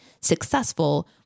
successful